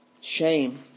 Shame